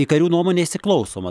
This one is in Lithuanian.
į karių nuomonę įsiklausoma